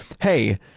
hey